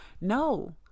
No